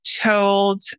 told